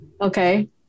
Okay